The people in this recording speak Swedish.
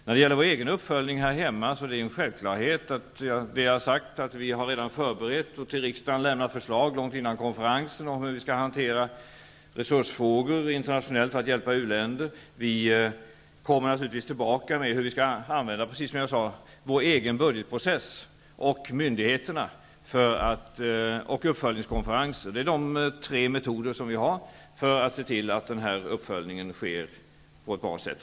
När det gäller vår egen uppföljning här hemma är det, som jag redan har sagt, en självklarhet att vi redan har förberett och långt innan konferensen lämnat förslag till riksdagen om hur vi internationellt skall hantera resursfrågorna i syfte att hjälpa u-länder. Vi kommer naturligtvis, precis som jag sade, tillbaka med förslag om hur vi skall använda vår egen budgetprocess, myndigheterna och uppföljningskonferenser, som är de tre metoder vi kan utnyttja för att se till att uppföljningen sker på ett bra sätt.